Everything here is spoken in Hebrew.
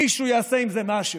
מישהו יעשה עם זה משהו.